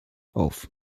auf